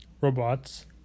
robots